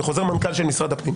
בחוזר מנכ"ל של משרד הפנים,